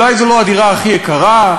אולי זו לא הדירה הכי יקרה,